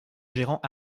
gérant